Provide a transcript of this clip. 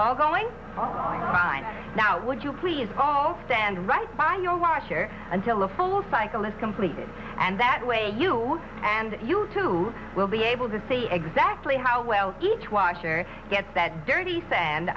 start going on now would you please call stand right by your washer until a full cycle is completed and that way you and you too will be able to see exactly how well each washer get that dirty sand